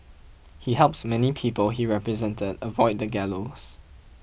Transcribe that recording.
he helps many people he represented avoid the gallows